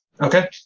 Okay